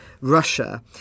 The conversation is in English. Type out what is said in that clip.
Russia